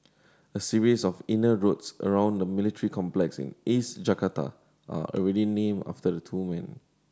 a series of inner roads around the military complex in East Jakarta are already named after the two men